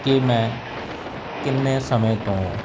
ਕਿ ਮੈਂ ਕਿੰਨੇ ਸਮੇਂ ਤੋਂ